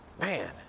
man